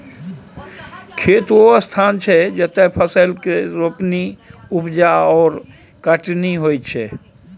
खेत ओ स्थान छै जतय फसल केर रोपणी, उपजा आओर कटनी होइत छै